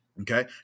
Okay